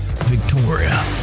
Victoria